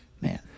man